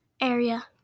Area